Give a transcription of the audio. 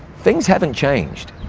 things haven't changed.